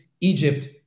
Egypt